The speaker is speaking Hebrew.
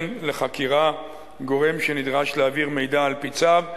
לחקירה גורם שנדרש להעביר מידע על-פי צו,